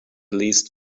least